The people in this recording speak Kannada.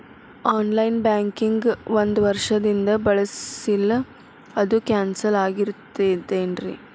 ಆನ್ ಲೈನ್ ಬ್ಯಾಂಕಿಂಗ್ ಒಂದ್ ವರ್ಷದಿಂದ ಬಳಸಿಲ್ಲ ಅದು ಕ್ಯಾನ್ಸಲ್ ಆಗಿರ್ತದೇನ್ರಿ?